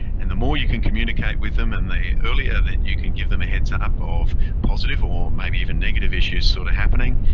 and the more you can communicate with them and the earlier that you can give them a heads up of positive or maybe even negative issues sort of happening,